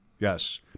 Yes